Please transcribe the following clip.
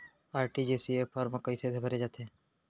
RTGS form कइसे भरे जाथे?